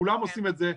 כולם עושים את זה,